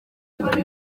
umwana